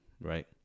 Right